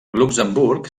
luxemburg